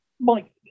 Mike